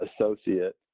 associate